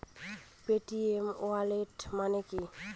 Paytm wallet মানে কি?